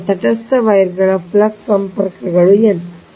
ಈಗ ತಟಸ್ಥ ವೈರ್ಗಳ ಫ್ಲಕ್ಸ್ ಸಂಪರ್ಕಗಳು n